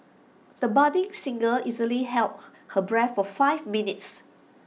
the budding singer easily held her breath for five minutes